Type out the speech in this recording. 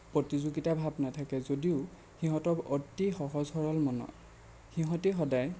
প্ৰতিযোগিতাৰ ভাৱ নাথাকে যদিও সিহঁত অতি সহজ সৰল মনৰ সিহঁতে সদায়